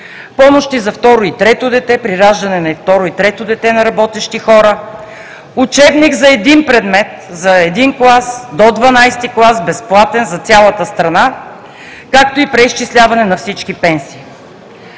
помощи за второ и трето дете, при раждане на второ и трето дете на работещи хора; учебник за един предмет, за един клас до 12-и клас – безплатен, за цялата страна, както и преизчисляване на всички пенсии.